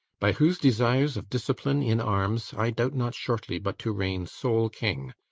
by whose desires of discipline in arms i doubt not shortly but to reign sole king,